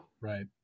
right